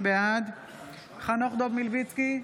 בעד חנוך דב מלביצקי,